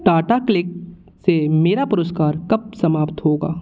Tata click से मेरा पुरस्कार कब समाप्त होगा